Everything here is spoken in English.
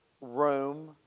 room